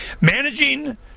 managing